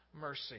mercy